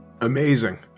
Amazing